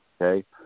okay